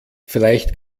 vielleicht